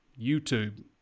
YouTube